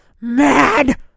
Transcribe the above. MAD